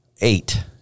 Eight